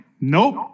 nope